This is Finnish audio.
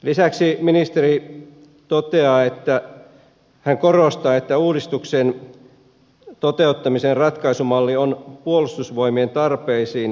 lisäksi ministeri korostaa että uudistuksen toteuttamisen ratkaisumalli on puolustusvoimien tarpeisiin ja hallitusohjelmaan perustuva